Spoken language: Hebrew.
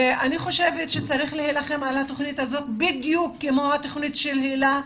אני חושבת שצריך להילחם על התוכנית הזו בדיוק כמו התוכנית של היל"ה,